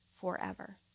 forever